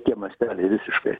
tie masteliai visiškai